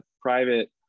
private